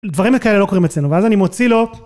דברים כאלה לא קורים אצלנו, ואז אני מוציא לו.